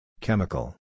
Chemical